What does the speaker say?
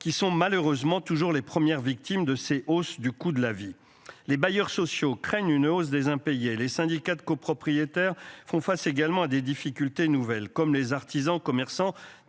qui sont malheureusement toujours les premières victimes de ces hausses du coût de la vie. Les bailleurs sociaux, craignent une hausse des impayés, les syndicats de copropriétaires font face également à des difficultés nouvelles comme les artisans commerçants